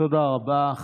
תודה רבה.